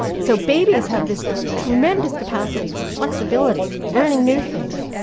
so babies have this tremendous capacity for flexibility, for learning new things.